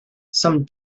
some